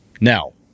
Now